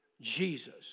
Jesus